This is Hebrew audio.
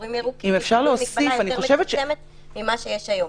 באזורים ירוקים יקבלו מגבלה יותר מצומצמת ממה שיש היום.